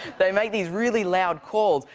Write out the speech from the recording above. they make these really loud calls.